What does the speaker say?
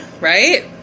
right